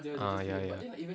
uh ya ya